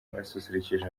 basusurukije